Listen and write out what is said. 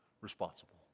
responsible